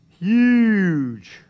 huge